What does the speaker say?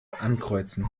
ankreuzen